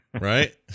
Right